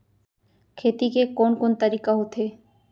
खेती के कोन कोन तरीका होथे?